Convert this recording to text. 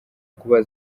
kuba